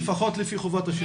לפחות לפי חובת השוויון.